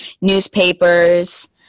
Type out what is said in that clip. newspapers